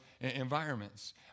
environments